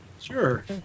Sure